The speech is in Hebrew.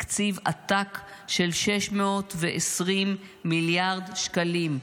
תקציב עתק של 620 מיליארד שקלים,